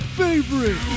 favorite